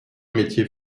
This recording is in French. métiers